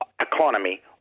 economy